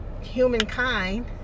humankind